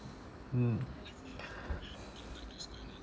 mm